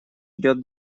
идет